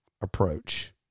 approach